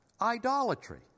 idolatry